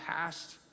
past